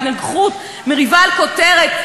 חברותי וחברי, רבותי וחברי,